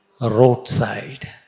roadside